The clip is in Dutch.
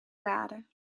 lade